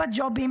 הג'ובים,